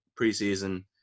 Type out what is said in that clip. preseason